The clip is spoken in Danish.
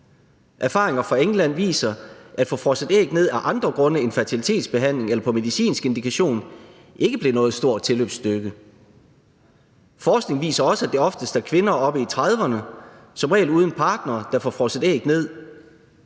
Erfaringer fra England viser, at det at få frosset æg ned af andre grunde end fertilitetsbehandling eller på medicinsk indikation ikke er blevet noget stort tilløbsstykke. Forskning viser også, at det oftest er kvinder oppe i trediverne, som regel uden partnere, der får frosset æg ned.